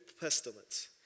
pestilence